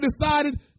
decided